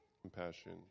compassion